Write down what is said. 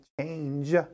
change